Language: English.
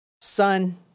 son